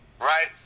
right